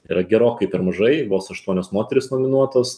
yra gerokai per mažai vos aštuonios moterys nominuotos